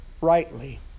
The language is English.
rightly